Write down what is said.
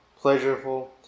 pleasurable